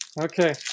Okay